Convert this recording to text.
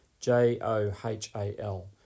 j-o-h-a-l